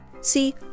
See